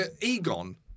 Egon